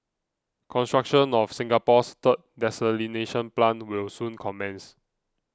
construction of Singapore's third desalination plant will soon commence